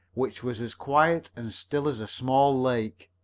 which was as quiet and still as a small lake.